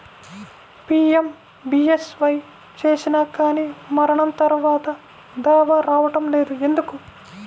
PMBSY చేసినా కానీ మరణం తర్వాత దావా రావటం లేదు ఎందుకు?